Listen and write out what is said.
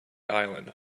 island